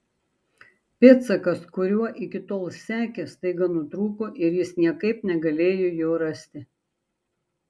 pėdsakas kuriuo iki tol sekė staiga nutrūko ir jis niekaip negalėjo jo rasti